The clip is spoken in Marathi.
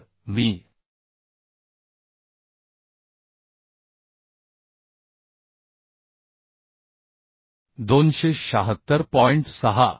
तर I डॅश 276